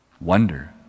Wonder